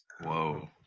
whoa